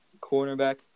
cornerback